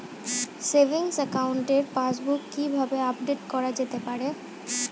Savings একাউন্টের passbook কি কিভাবে আপডেট করা যেতে পারে?